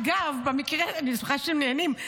אגב, אני בטוחה שאתם נהנים,